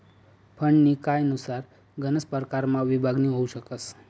फंडनी कायनुसार गनच परकारमा विभागणी होउ शकस